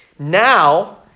Now